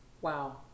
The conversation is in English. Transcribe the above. Wow